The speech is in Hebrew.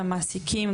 את המעסיקים,